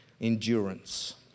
endurance